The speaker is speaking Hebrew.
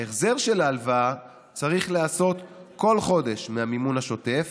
ההחזר של ההלוואה צריך להיעשות כל חודש מהמימון השוטף